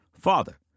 Father